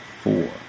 four